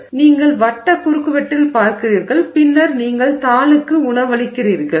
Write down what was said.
எனவே நீங்கள் வட்ட குறுக்குவெட்டில் பார்க்கிறீர்கள் பின்னர் நீங்கள் தாளுக்கு உணவளிக்கிறீர்கள்